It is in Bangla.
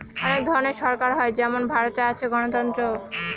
অনেক ধরনের সরকার হয় যেমন ভারতে আছে গণতন্ত্র